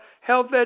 Health